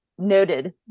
noted